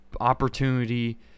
opportunity